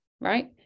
right